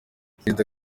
perezida